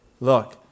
Look